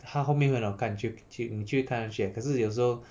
它后面会很好看你就就你就会看下去可是有时候